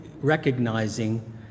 recognizing